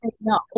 no